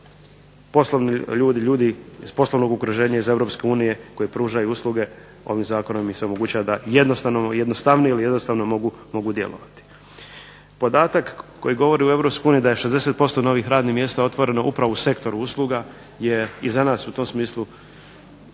da poslovni ljudi, ljudi iz poslovnog okruženja iz Europske unije koji pružaju usluge ovim zakonom im se omogućava da jednostavno, jednostavnije ili jednostavno mogu djelovati. Podatak koji govori u Europskoj uniji da je 60% novih radnih mjesta otvoreno upravo u sektoru usluga je i za nas u tom smislu